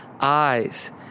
eyes